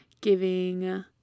giving